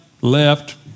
left